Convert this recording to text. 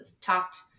talked